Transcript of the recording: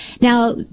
Now